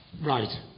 Right